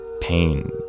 pain